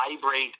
vibrate